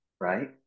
right